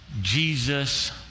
Jesus